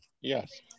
Yes